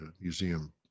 museum